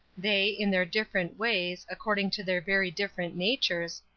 they, in their different ways, according to their very different natures,